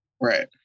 Right